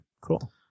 Cool